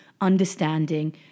understanding